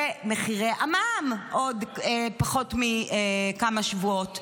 ומחירי המע"מ עוד כמה שבועות.